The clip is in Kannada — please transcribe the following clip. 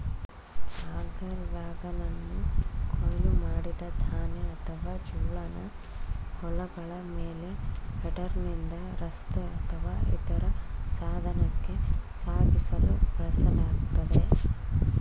ಆಗರ್ ವ್ಯಾಗನನ್ನು ಕೊಯ್ಲು ಮಾಡಿದ ಧಾನ್ಯ ಅಥವಾ ಜೋಳನ ಹೊಲಗಳ ಮೇಲೆ ಹೆಡರ್ನಿಂದ ರಸ್ತೆ ಅಥವಾ ಇತರ ಸಾಧನಕ್ಕೆ ಸಾಗಿಸಲು ಬಳಸಲಾಗ್ತದೆ